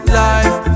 life